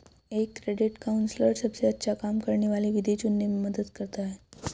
एक credit counsellor सबसे अच्छा काम करने वाली विधि चुनने में मदद करता है